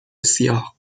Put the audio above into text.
سیاه